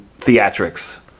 theatrics